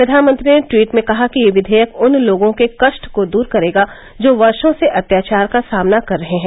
प्रधानमंत्री ने ट्वीट में कहा कि यह विवेयक उन लोगों के कष्ट दूर करेगा जो वर्षो से अत्याचार का सामना कर रहे हैं